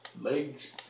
legs